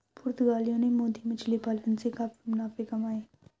पुर्तगालियों ने मोती मछली पालन से काफी मुनाफे कमाए